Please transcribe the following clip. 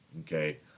okay